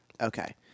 Okay